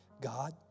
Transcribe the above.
God